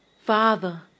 Father